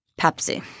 Pepsi